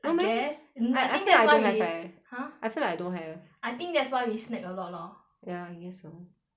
I guess I feel like I don't have leh !huh! I feel like I don't have I think that's why we snack a lot lor ya I guess so